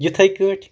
یِتھے کٲٹھۍ